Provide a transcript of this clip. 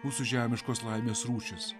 mūsų žemiškos laimės rūšis